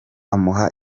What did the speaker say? amuha